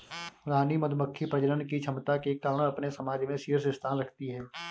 रानी मधुमक्खी प्रजनन की क्षमता के कारण अपने समाज में शीर्ष स्थान रखती है